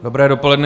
Dobré dopoledne.